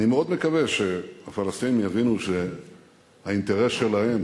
אני מאוד מקווה שהפלסטינים יבינו שהאינטרס שלהם